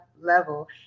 level